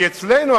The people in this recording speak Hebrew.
כי אצלנו,